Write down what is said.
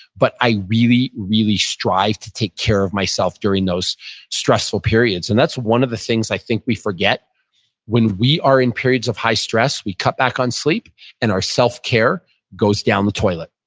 but i really, really strive to take care of myself during those stressful periods. and that's one of the things i think we forget forget when we are in periods of high-stress, we cut back on sleep and our self-care goes down the toilet.